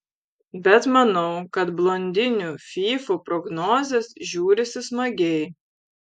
bet manau kad blondinių fyfų prognozės žiūrisi smagiai